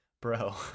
bro